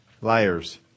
liars